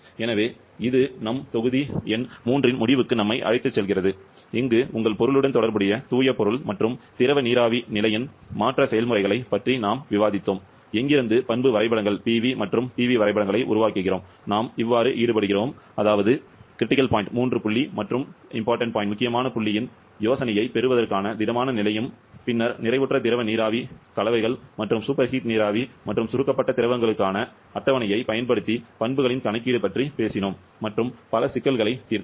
எனவே இது எங்கள் தொகுதி எண் 3 இன் முடிவுக்கு நம்மை அழைத்துச் செல்கிறது அங்கு உங்கள் பொருளுடன் தொடர்புடைய தூய பொருள் மற்றும் திரவ நீராவி நிலையின் மாற்ற செயல்முறைகளைப் பற்றி நாம் விவாதித்தோம் எங்கிருந்து பண்பு வரைபடங்கள் Pv மற்றும் Tv வரைபடங்களை உருவாக்குகிறோம் நாம் ஈடுபடுகிறோம் மூன்று புள்ளி மற்றும் முக்கியமான புள்ளியின் யோசனையைப் பெறுவதற்கான திடமான நிலையின் ம் பின்னர் நிறைவுற்ற திரவ நீராவி கலவைகள் மற்றும் சூப்பர்ஹீட் நீராவி மற்றும் சுருக்கப்பட்ட திரவங்களுக்கான அட்டவணையைப் பயன்படுத்தி பண்புகளின் கணக்கீடு பற்றிப் பேசினோம் மற்றும் பல சிக்கல்களைத் தீர்த்தோம்